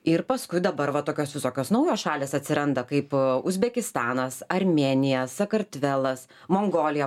ir paskui dabar va tokios visokios naujos šalys atsiranda kaip uzbekistanas armėnija sakartvelas mongolija